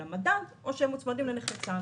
למדד או שהיא מוצמדת לקצבת נכי צה"ל.